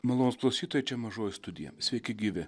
malonūs klausytojai čia mažoji studija sveiki gyvi